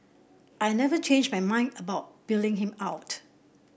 I never changed my mind about bailing him out